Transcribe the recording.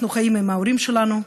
אנחנו חיים עם ההורים שלנו,